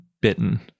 bitten